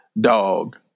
dog